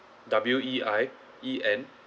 W E I E N